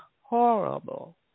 horrible